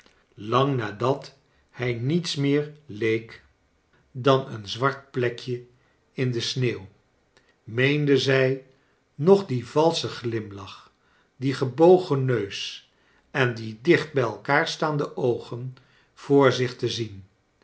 lang nadat hij niets meer leek dan een kleine doeeit zwart plekje in de sneeuw meende zij nog dien valschen glimlach dien gebogen neus en die dicht bij elkaar staande oogen voor zich te zien